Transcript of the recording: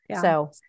So-